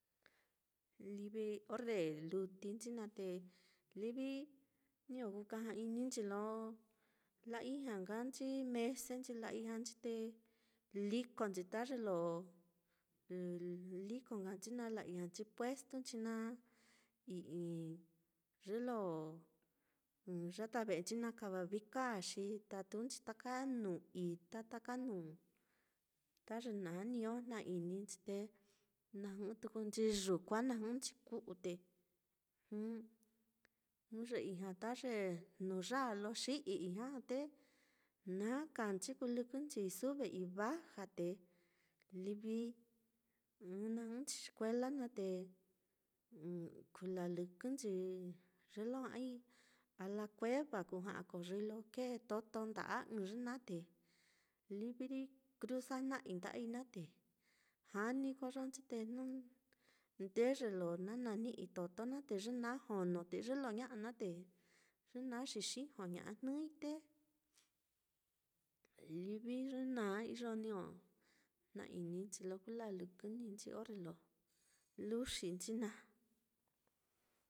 Livi orre lutinchi naá te livi niño kukaja-ininchi, lo la-ijña nkanchi mesenchi, la-ijñanchi te likonchi, ta ye lo liko nkanchi naá la-iñanchi puestunchi naá i'i ye lo yata ve'enchi naá kava viika xi tatunchi taka nuu itá taka nuu, taka ye naá niño jna-ininchi te na jɨ'ɨ tukunchi yuku a na jɨ'ɨnchi ku'u te jnu ye ijña ta ye jnuyaa lo xi'i ijña já, te naá kaanchi kulɨkɨnchi sube y baja te livi na jɨ'ɨnchi xikuela naá te kulalɨkɨnchi ye lo ja'ai a la kueva, kuja'a koyoi lo kee toto nda'a ɨ́ɨ́n ye naá, te livi kruza jna'a nda'ai naá, te jani koyonchi te jnu ndeye lo na nani'i toto naá, te ye naa jono, te ye lo ña'a naá te ye naá xixijoña'a jnɨi te, livi ye naa iyo niño jna-ininchi lo ku lalɨkɨnchi orre lo luxinchi naá.